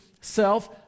self